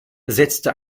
setzte